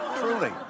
Truly